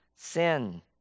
Sin